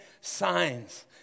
signs